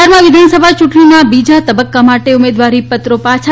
બિહારમાં વિધાનસભા ચૂંટણીના બીજા તબક્કા માટે ઉમેદવારી પત્રો પાછા